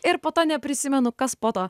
ir po to neprisimenu kas po to